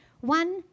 one